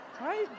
right